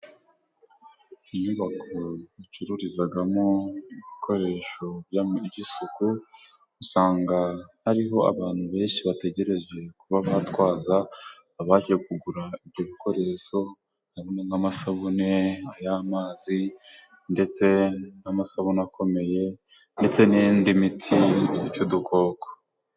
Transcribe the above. Inyubako yacururizamo ibikoresho by'isuku, usanga hariho abantu benshi bategereje kuba batwaza abaje kugura ibyo bikoresho .Harimo :amasabune y'amazi, n'amasabune akomeye, ndetse n'indi miti yica udukoko.